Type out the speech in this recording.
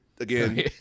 again